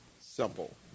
Simple